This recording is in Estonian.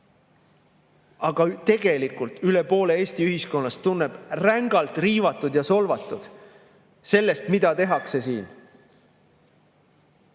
Aga tegelikult üle poole Eesti ühiskonnast tunneb end rängalt riivatud ja solvatud sellest, mida tehakse siin,